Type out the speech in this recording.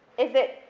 is that,